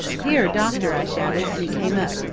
here, doctor, i shouted and he came up.